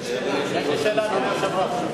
אדוני היושב-ראש.